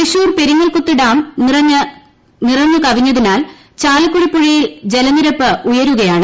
Thrissur Peringalkuthu dam നിറഞ്ഞുകവിഞ്ഞതിനാൽ ചാലക്കുടി പുഴയിൽ ജലനിരപ്പ് ഉയരുകയാണ്